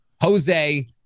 Jose